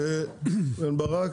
בן ברק,